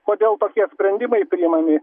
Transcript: kodėl tokie sprendimai priimami